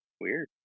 Weird